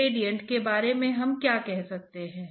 du बटा dy at y बराबर 0 यह क्या देता है